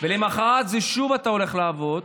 ולמוחרת שוב אתה הולך לעבוד,